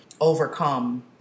overcome